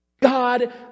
God